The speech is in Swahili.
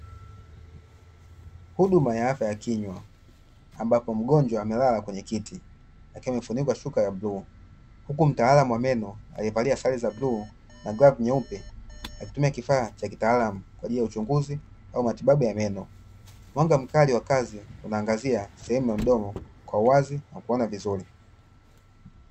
Huduma ya afya ya kinywa ambapo mgonjwa amelala kwenye kiti akiwa amefunikwa shuka ya bluu, huku mtaalamu wa meno akivalia sare za bluu na glavu nyeupe akitumia kifaa cha kitaalamu kwa ajili ya uchunguzi au matibabu ya meno. Mwanga mkali wa kazi unaangazia sehemu ya mdomo kwa uwazi na kuona vizuri.